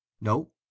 No